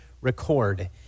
record